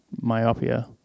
myopia